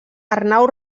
arnau